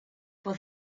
for